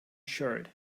shirt